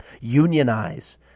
unionize